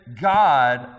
God